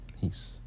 Peace